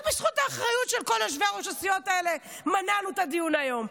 רק בזכות האחריות של כל יושבי-ראש הסיעות מנענו את הדיון היום.